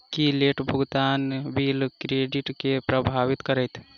की late भुगतान bill credit केँ प्रभावित करतै?